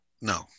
No